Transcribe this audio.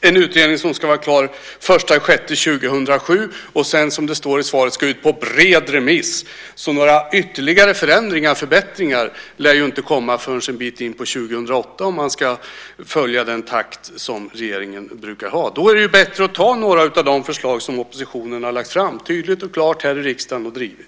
Det är en utredning som ska vara klar den 1 juni 2007 och som sedan, som det står i svaret, ska ut på bred remiss. Några ytterligare förändringar, förbättringar, lär alltså inte komma förrän en bit in på 2008 om man ska följa den takt som regeringen brukar ha. Då är det bättre att ta några av de förslag som oppositionen tydligt och klart har lagt fram och drivit här i riksdagen.